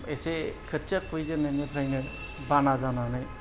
एसे खोथिया खुबैजेननायनिफ्रायनो बाना जानानै